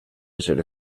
ser